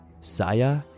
Saya